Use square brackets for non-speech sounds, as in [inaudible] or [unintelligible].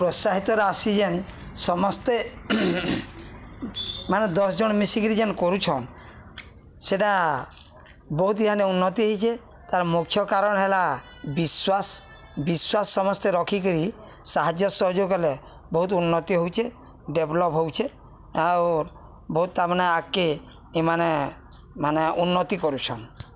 ପ୍ରୋତ୍ସାହିତର ଆସି ଯେନ୍ ସମସ୍ତେ ମାନେ ଦଶ ଜଣ ମିଶିକିରି ଯେନ୍ କରୁଛନ୍ ସେଟା ବହୁତ [unintelligible] ଉନ୍ନତି ହେଇଚେ ତାର୍ ମୁଖ୍ୟ କାରଣ ହେଲା ବିଶ୍ୱାସ୍ ବିଶ୍ୱାସ୍ ସମସ୍ତେ ରଖିକିରି ସାହାଯ୍ୟ ସହଯୋଗ କଲେ ବହୁତ ଉନ୍ନତି ହଉଚେ ଡେଭଲପ ହଉଛେ ଆଉର୍ ବହୁତ ତାମାନେ ଆଗକେ ଏମାନେ ମାନେ ଉନ୍ନତି କରୁଛନ୍